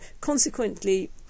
consequently